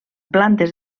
plantes